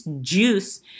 juice